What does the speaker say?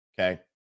Okay